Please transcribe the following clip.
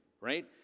right